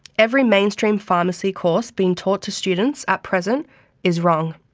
every mainstream pharmacy course being taught to students at present is wrong,